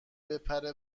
بپره